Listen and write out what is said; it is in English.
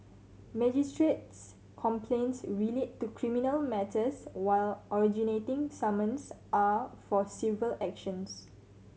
magistrate's complaints relate to criminal matters while originating summons are for civil actions